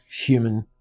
human